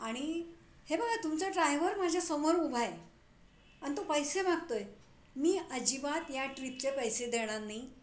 आणि हे बघा तुमचा ड्रायव्हर माझ्यासमोर उभा आहे आणि तो पैसे मागतो आहे मी अजिबात या ट्रीपचे पैसे देणार नाही